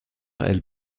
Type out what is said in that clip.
elle